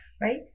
right